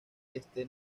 este